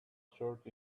served